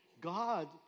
God